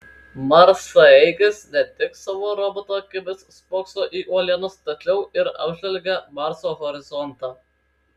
marsaeigis ne tik savo roboto akimis spokso į uolienas tačiau ir apžvelgia marso horizontą